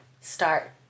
start